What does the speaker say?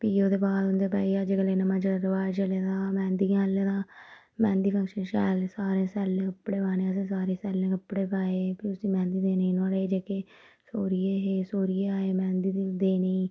फ्ही ओह्दे बाद अग्गें भई अज्जकल दे नमां जेह्ड़ा रवाज़ चले दा मैंह्दियेंं आह्लें दा मैंह्दी फंगशन शैल सारें सैले कपड़े पाने असें सारें सैले कपड़े पाए फ्ही उसी मैंह्दी देनी नुहाड़े जेह्के सौह्रिये हे सौह्रिये आए मैंह्दी दिंदे देनी